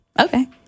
okay